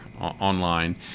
online